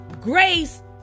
grace